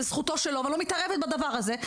וזכותו שלו ואני לא מתערבת בדבר הזה,